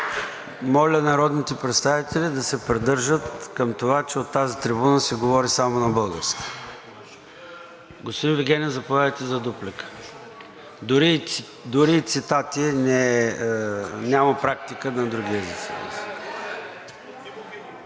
Моля народните представители да се придържат към това, че от тази трибуна се говори само на български. Господин Вигенин, заповядайте за дуплика. (Реплики.) Дори и цитати няма практика на други езици